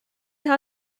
how